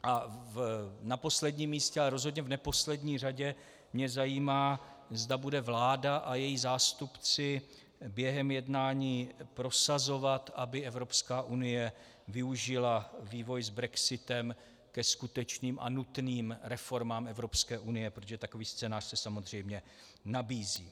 A na posledním místě, ale rozhodně v neposlední řadě mě zajímá, zda budou vláda a její zástupci během jednání prosazovat, aby Evropská unie využila vývoj s brexitem ke skutečným a nutným reformám Evropské unie, protože takový scénář se samozřejmě nabízí.